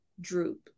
droop